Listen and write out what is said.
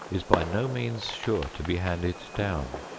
is by no means sure to be handed down.